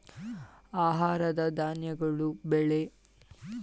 ಆಹಾರ ಧಾನ್ಯಗಳ ಬೆಳೆ, ವಾಣಿಜ್ಯ ಬೆಳೆ, ಹೈನುಗಾರಿಕೆ ಭಾರತದ ಜನರಿಗೆ ಹೆಚ್ಚಿನ ಉದ್ಯೋಗವನ್ನು ಒದಗಿಸುತ್ತಿದೆ